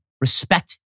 respect